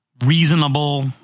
reasonable